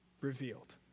revealed